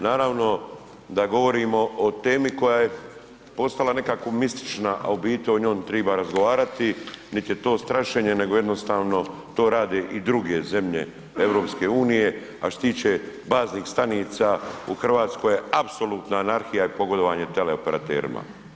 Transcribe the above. Naravno da govorimo o temi koja je postala nekako mistična, a u biti o njoj triba razgovarati, nit je strašenje nego jednostavno to rade i druge zemlje EU, a što se tiče baznih stanica u Hrvatskoj je apsolutna anarhija i pogodovanje teleoperaterima.